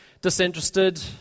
disinterested